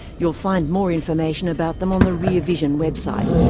you'll find more information about them on the rear vision website,